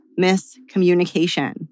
miscommunication